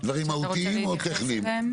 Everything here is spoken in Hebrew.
דברים מהותיים או טכניים?